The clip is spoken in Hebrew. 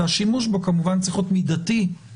והשימוש בו כמובן צריך להיות מידתי,